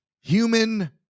human